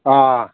ꯑꯥ